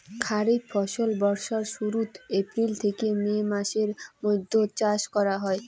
খরিফ ফসল বর্ষার শুরুত, এপ্রিল থেকে মে মাসের মৈধ্যত চাষ করা হই